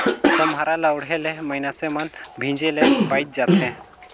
खोम्हरा ल ओढ़े ले मइनसे मन भीजे ले बाएच जाथे